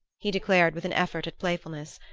he declared with an effort at playfulness.